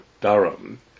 Durham